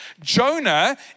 Jonah